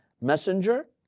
messenger